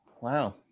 Wow